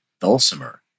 dulcimer